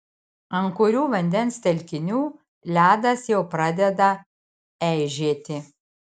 ant kurių vandens telkinių ledas jau pradeda eižėti